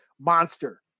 monster